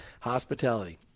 hospitality